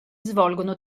svolgono